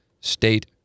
State